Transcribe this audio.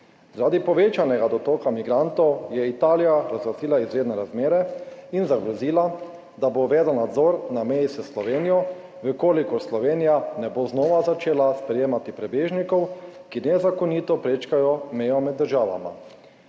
Zaradi povečanega dotoka migrantov je Italija razglasila izredne razmere in zagrozila, da bo uvedla nadzor na meji s Slovenijo, če Slovenija ne bo znova začela sprejemati prebežnikov, ki nezakonito prečkajo mejo med državama.